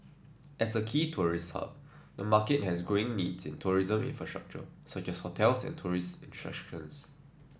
as a key tourist hub the market has growing needs in tourism infrastructure such as hotels and tourist attractions